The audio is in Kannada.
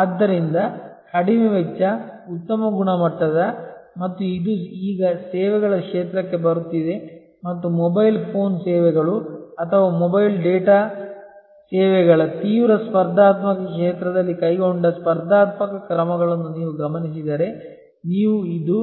ಆದ್ದರಿಂದ ಕಡಿಮೆ ವೆಚ್ಚ ಉತ್ತಮ ಗುಣಮಟ್ಟದ ಮತ್ತು ಇದು ಈಗ ಸೇವೆಗಳ ಕ್ಷೇತ್ರಕ್ಕೆ ಬರುತ್ತಿದೆ ಮತ್ತು ಮೊಬೈಲ್ ಫೋನ್ ಸೇವೆಗಳು ಅಥವಾ ಮೊಬೈಲ್ ಡೇಟಾ ಸೇವೆಗಳ ತೀವ್ರ ಸ್ಪರ್ಧಾತ್ಮಕ ಕ್ಷೇತ್ರದಲ್ಲಿ ಕೈಗೊಂಡ ಸ್ಪರ್ಧಾತ್ಮಕ ಕ್ರಮಗಳನ್ನು ನೀವು ಗಮನಿಸಿದರೆ ನೀವು ಇದು